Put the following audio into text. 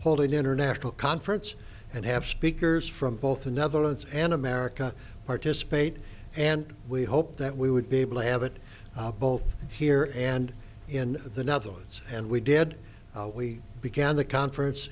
hold an international conference and have speakers from both the netherlands and america participate and we hope that we would be able to have it both here and in the netherlands and we did we began the conference